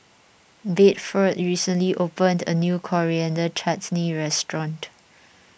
Bedford recently opened a new Coriander Chutney restaurant